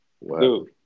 wow